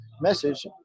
message